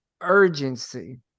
urgency